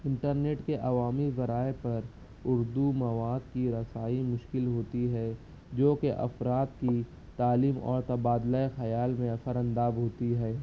internet کے عوامی ذرائع پر اردو مواد کی رسائی مشکل ہوتی ہے جوکہ افراد کی تعلیم اور تبادلۂ خیال میں اثر انداز ہوتی ہے